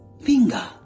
finger